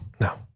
No